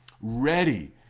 ready